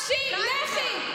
תפסיקי לצרוח.